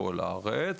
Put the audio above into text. בכל הארץ.